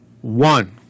one